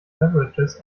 averages